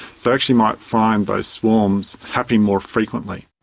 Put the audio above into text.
so actually might find those swarms happening more frequently.